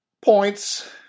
points